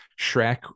Shrek